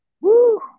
Woo